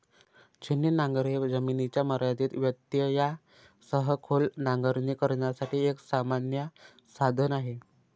छिन्नी नांगर हे जमिनीच्या मर्यादित व्यत्ययासह खोल नांगरणी करण्यासाठी एक सामान्य साधन आहे